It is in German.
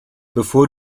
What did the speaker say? bevor